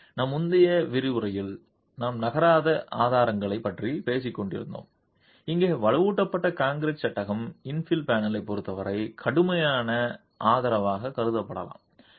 எனவே நாம் முந்தைய விரிவுரையில் நாம் நகராத ஆதரவுகளைப் பற்றி பேசிக் கொண்டிருந்தோம் இங்கே வலுவூட்டப்பட்ட கான்கிரீட் சட்டகம் இன்ஃபில் பேனலைப் பொறுத்தவரை கடுமையான ஆதரவாகக் கருதப்படலாம்